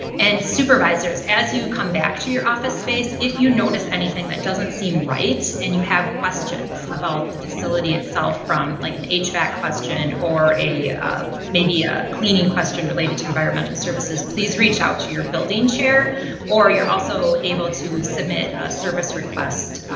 and supervisors, as you come back to your office space, if you notice anything that doesn't seem right, and you have questions about the facility itself from like and a hvac question or ah maybe a cleaning question related to environmental services, please reach out to your building chair or you're also able to submit a service request